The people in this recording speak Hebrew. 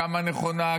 כמה היא נכונה,